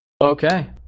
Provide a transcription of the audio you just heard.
Okay